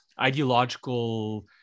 Ideological